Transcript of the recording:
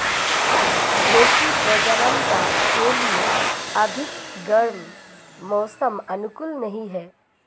भेंड़ की प्रजननता के लिए अधिक गर्म मौसम अनुकूल नहीं है